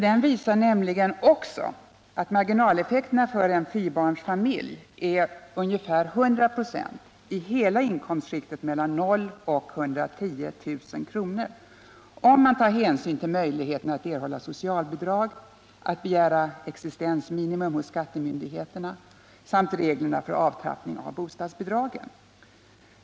Den visar nämligen också att marginaleffekterna för en fyrabarnsfamilj är ca 100 96 i hela inkomstskiktet mellan 0 och 110 000 kr., om hänsyn tas till möjligheten att erhålla socialbidrag och att begära existensminimum hos skattemyndigheten samt till reglerna för avtrappning av bostadsbidragen.